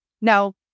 No